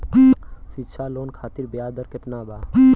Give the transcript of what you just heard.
शिक्षा लोन खातिर ब्याज दर केतना बा?